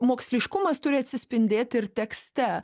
moksliškumas turi atsispindėti ir tekste